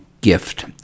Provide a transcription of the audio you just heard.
gift